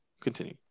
Continue